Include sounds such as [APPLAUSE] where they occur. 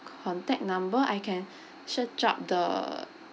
contact number I can [BREATH] search up the